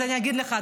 אז אני אגיד לך,